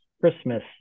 Christmas